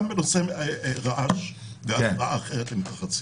גם בנושא רעש והפרעה אחרת למתרחצים.